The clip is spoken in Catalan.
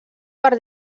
per